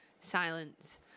Silence